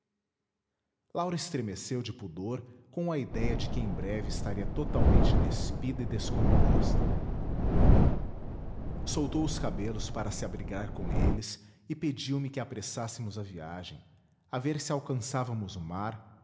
laura estremeceu de pudor com a idéia de que em breve estaria totalmente despida e descomposta soltou os cabelos para se abrigar com eles e pediu-me que apressássemos a viagem a ver se alcançávamos o mar